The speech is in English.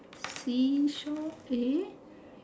see-saw eh